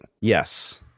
Yes